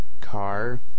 car